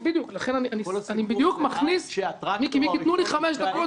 כל הסיפור זה עד שהטרקטור הראשון --- תנו לי חמש דקות,